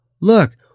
Look